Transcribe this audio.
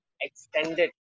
extended